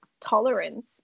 tolerance